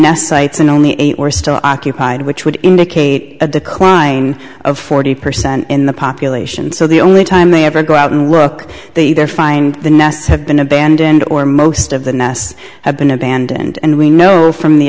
ites and only eight were still occupied which would indicate a decline of forty percent in the population so the only time they ever go out and look they either find the nests have been abandoned or most of the ness have been abandoned and we know from the